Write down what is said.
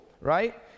right